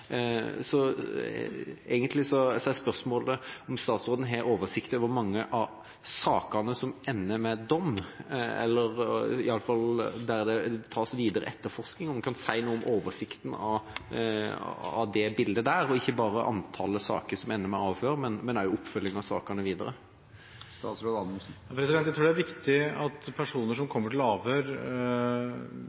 Så spørsmålet er egentlig om statsråden har oversikt over hvor mange av sakene som ender med dom eller i alle fall videre etterforskning. Kan han si noe om oversikten av det bildet, altså ikke bare om antall saker som ender med avhør, men også om den videre oppfølginga av sakene? Når det gjelder personer som kommer til avhør, er det ikke bestandig at